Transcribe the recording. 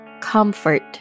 Comfort